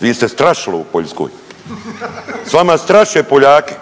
Vi ste strašilo u Poljskoj, s vama straše Poljake,